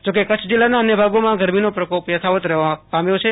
જો કે કચ્છ જિલ્લાના અન્ય ભાગોમાં ગરમીનો પ્રકોપ યથાવત રહેવા પામ્યો હતો